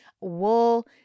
wool